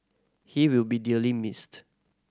he will be dearly missed